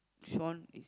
Shawn is